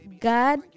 God